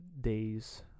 days